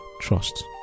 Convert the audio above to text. trust